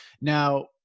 Now